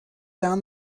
down